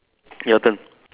your turn